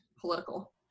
political